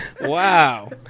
wow